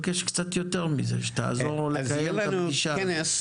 אני מבקש קצת יותר מזה; שתעזור לו לקיים את הפגישה הזו.